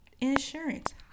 Insurance